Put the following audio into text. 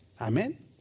Amen